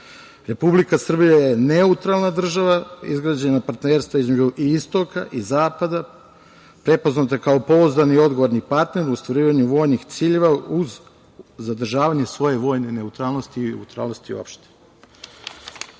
Republika Srbija je neutralna država izgrađena na partnerstvu između istoka i zapada, prepoznata kao pouzdani i odgovorni partner u ostvarivanju vojnih ciljeva, uz zadržavanje svoje vojne neutralnosti i neutralnosti uopšte. Što